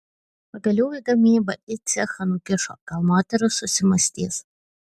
pagaliau į gamybą į cechą nukišo gal moteris susimąstys